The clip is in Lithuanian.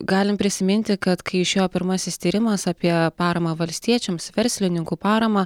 galim prisiminti kad kai išėjo pirmasis tyrimas apie paramą valstiečiams verslininkų paramą